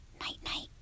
night-night